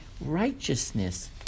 righteousness